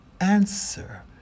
answer